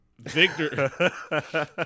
Victor